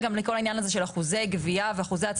אין כמעט הפרדה באף רשות בין חברת הגבייה לבין שירותי העזר.